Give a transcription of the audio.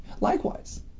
Likewise